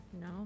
No